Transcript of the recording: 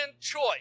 choice